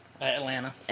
Atlanta